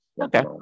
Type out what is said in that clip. Okay